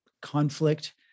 conflict